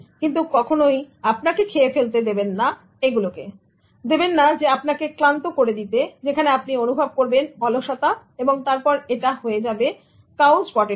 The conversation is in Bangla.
কিন্তু কখনোই আপনাকে খেয়ে ফেলতে দেবেন না দেবেন না আপনাকে ক্লান্ত করে দিতে যেখানে আপনি অনুভব করবেন অলসতা এবং তারপর এটা হয়ে যাবে কাউজ পটেটো